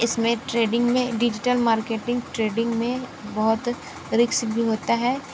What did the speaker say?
इस में ट्रेडिंग में डिजिटल मार्केटिंग ट्रेडिंग में बहुत रिक्स भी होता है